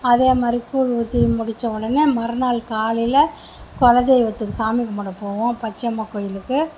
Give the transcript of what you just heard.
அதேமாதிரி கூழ் ஊற்றி முடித்த உடனே மறுநாள் காலையில் குல தெய்வத்துக்கு சாமி கும்பிட போவோம் பச்சையம்மா கோயிலுக்கு